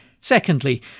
Secondly